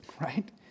Right